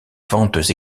ventes